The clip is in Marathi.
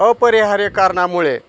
अपरिहार्य कारणामुळे